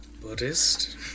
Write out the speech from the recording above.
Buddhist